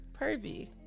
pervy